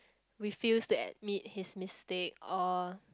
refuse to admit his mistake or